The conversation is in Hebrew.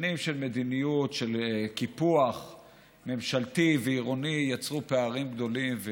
שנים של מדיניות של קיפוח ממשלתי ועירוני יצרו פערים גדולים.